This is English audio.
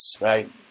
right